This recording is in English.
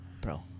bro